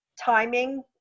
timing